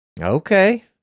Okay